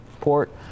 port